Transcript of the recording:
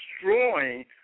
destroying